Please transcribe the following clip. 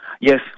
Yes